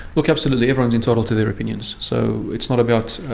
look, absolutely, everyone is entitled to their opinions. so it's not about,